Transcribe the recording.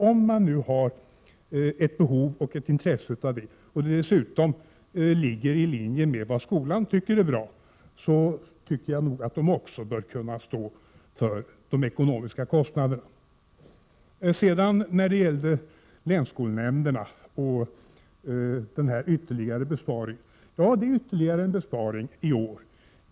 Om man nu har ett behov och intresse härav och det dessutom ligger i linje med vad skolan tycker är bra, anser jag att organisationerna också bör stå för kostnaderna. Det är riktigt att vi föreslår ytterligare besparingar på länsskolnämnderna i år.